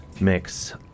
Mix